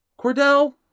Cordell